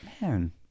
man